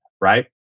right